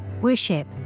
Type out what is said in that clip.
worship